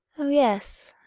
oh, yes,